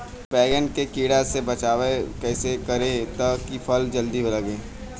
बैंगन के कीड़ा से बचाव कैसे करे ता की फल जल्दी लगे?